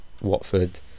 Watford